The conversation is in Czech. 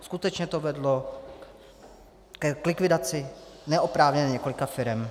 Skutečně to vedlo k likvidaci neoprávněně několika firem.